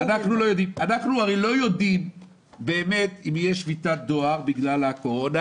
אנחנו הרי לא יודעים אם תהיה שביתת דואר בגלל הקורונה